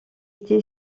été